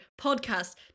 Podcast